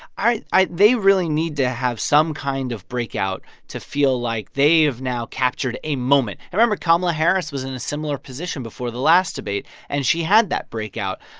i i they really need to have some kind of breakout to feel like they've now captured a moment and remember kamala harris was in a similar position before the last debate, and she had that breakout.